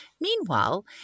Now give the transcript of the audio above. Meanwhile